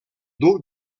duc